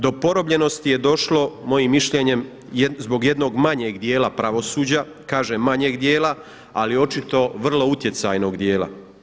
Do porobljenosti je došlo, mojim mišljenjem, zbog jednog manjeg dijela pravosuđa, kažem manjeg dijela ali očito vrlo utjecajnog dijela.